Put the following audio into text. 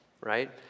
right